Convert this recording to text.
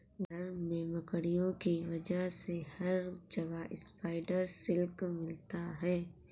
घर में मकड़ियों की वजह से हर जगह स्पाइडर सिल्क मिलता है